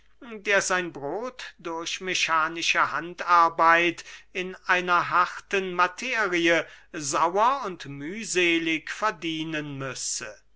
der sein brot durch mechanische handarbeit in einer harten materie sauer und mühselig verdienen müsse